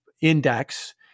Index